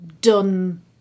done